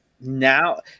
now